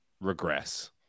regress